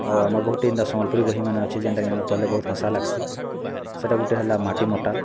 ଆଉ ଆମର୍ ବହୁଟେ ଏନ୍ତା ସମ୍ବଲପୁରୀ ବହିମାନେ ଅଛେ ଯେନ୍ଟାକି ଆମେ ପଢ଼୍ଲେ ବହୁତ ହସା ଲାଗ୍ସି ସେଟା ଗୁଟେ ହେଲା ମାଟି ମଟାଲ୍